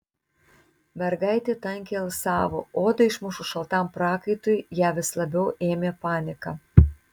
mergaitė tankiai alsavo odą išmušus šaltam prakaitui ją vis labiau ėmė panika